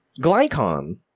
Glycon